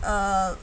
err